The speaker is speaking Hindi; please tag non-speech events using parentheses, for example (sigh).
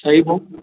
(unintelligible)